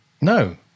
no